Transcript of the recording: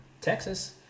Texas